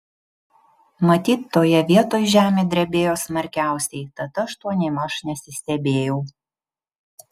matyt toje vietoj žemė drebėjo smarkiausiai tad aš tuo nėmaž nesistebėjau